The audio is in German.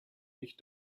dich